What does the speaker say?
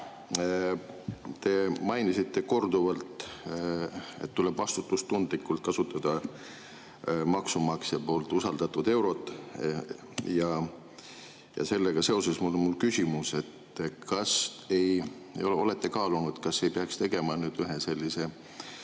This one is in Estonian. Te mainisite korduvalt, et tuleb vastutustundlikult kasutada maksumaksja usaldatud eurosid. Sellega seoses on mul küsimus: olete te kaalunud, kas ei peaks tegema ühe sellise